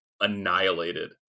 annihilated